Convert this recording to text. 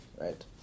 Right